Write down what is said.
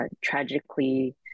tragically